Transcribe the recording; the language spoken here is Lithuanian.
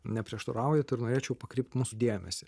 neprieštaraujat ir norėčiau pakreipt mūsų dėmesį